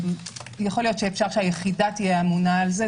יכול להיות שאפשר שהיחידה תהיה אמונה על זה,